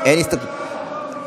השחרור בערבות),